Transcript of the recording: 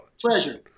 Pleasure